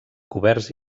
coberts